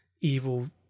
evil